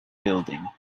building